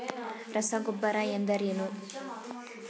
ರಸಗೊಬ್ಬರ ಎಂದರೇನು?